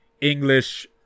english